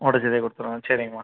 ஒடைச்சதே கொடுத்துடவா சரிங்கம்மா